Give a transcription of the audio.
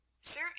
Sir